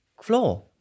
floor